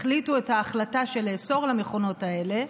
החליטו את ההחלטה לאסור את השימוש במכונות האלה,